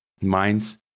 Minds